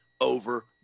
over